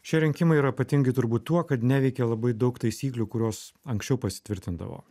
šie rinkimai yra ypatingi turbūt tuo kad neveikia labai daug taisyklių kurios anksčiau pasitvirtindavo